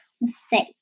mistake